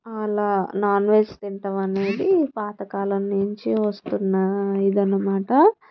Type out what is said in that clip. అలా non veg తింటాం అనేది పాతకాలం నుంచి వస్తున్న ఇది అన్నమాట